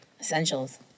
Essentials